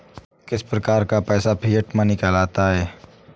किस प्रकार का पैसा फिएट मनी कहलाता है?